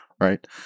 right